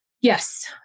yes